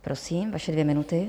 Prosím, vaše dvě minuty.